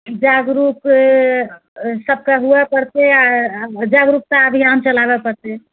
जागरूक सबके हुए पड़तै आ जागरूकता अभियान चलाबए पड़तै